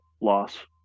loss